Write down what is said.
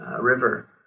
river